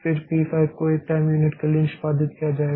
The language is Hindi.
फिर पी 5 को 1 टाइम यूनिट के लिए निष्पादित किया जाएगा